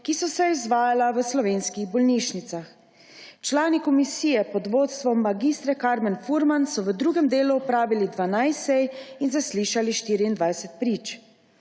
ki so se izvajala v slovenskih bolnišnicah. Člani komisije pod vodstvom mag. Karmen Furman so v drugem delu opravili 12 sej in zaslišali 24 prič.